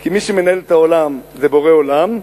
כי מי שמנהל את העולם זה בורא העולם,